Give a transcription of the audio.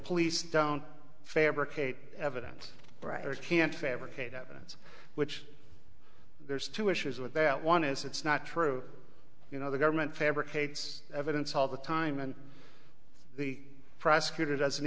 police down faerber kate evidence writers can't fabricate evidence which there's two issues with that one is it's not true you know the government fabricates evidence all the time and the prosecutor doesn't